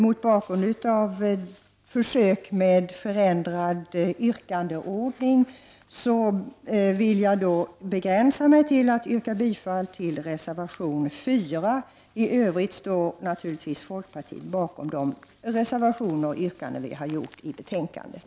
Mot bakgrund av försöket med förändrad yrkandeordning skall jag begränsa mig till att yrka bifall till reservation 4. I övrigt står naturligtvis folkpartiet bakom de reservationer och yrkanden som vi har i betänkandet.